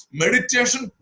meditation